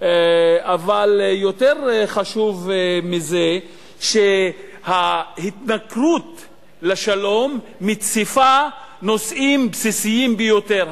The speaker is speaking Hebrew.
אבל יותר חשוב מזה שההתנכרות לשלום מציפה נושאים בסיסיים ביותר.